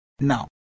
now